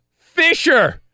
Fisher